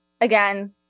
Again